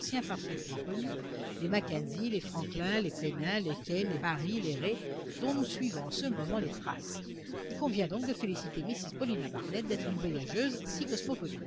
si imparfaitement connues les mackenzie les franklin les penny les kane les parry les rae dont nous suivons en ce moment les traces il convient donc de féliciter mrs paulina barnett d'être une voyageuse si cosmopolite